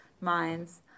minds